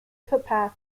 footpath